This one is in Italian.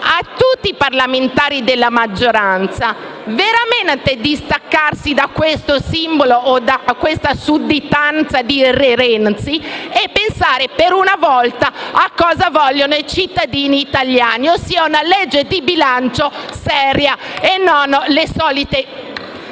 a tutti i parlamentari della maggioranza veramente di staccarsi da questo simbolo e da questa sudditanza a Renzi e pensare, per una volta, a cosa vogliono i cittadini italiani, ossia una legge di bilancio seria e non le solite